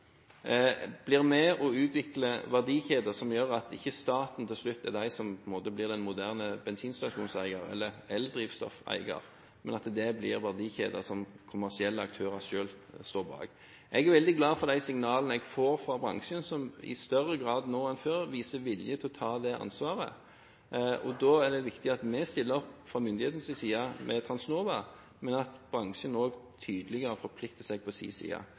blir med på å utvikle verdikjeder som gjør at ikke staten til slutt er den som på en måte blir den moderne bensinstasjonseieren eller eldrivstoffeieren, men at det blir verdikjeder som kommersielle aktører selv står bak. Jeg er veldig glad for de signalene jeg får fra bransjen, som i større grad nå enn før viser vilje til å ta det ansvaret. Da er det viktig at vi fra myndighetenes side stiller opp med Transnova, men at bransjen på sin side også tydeligere forplikter seg. Da må vi ha en strategi, og